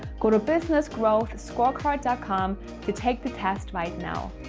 go to business growth, scorecard dot com to take the test right now,